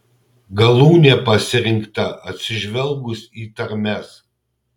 galūnė pasirinkta atsižvelgus į tarmes